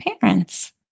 parents